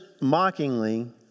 mockingly